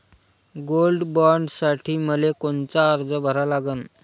Gold बॉण्डसाठी मले कोनचा अर्ज भरा लागन?